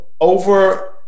over